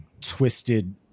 twisted